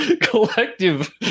collective